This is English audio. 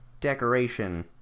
decoration